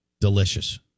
delicious